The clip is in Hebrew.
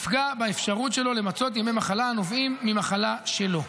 שתפגע באפשרות שלו למצות ימי מחלה הנובעים ממחלה שלו.